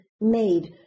made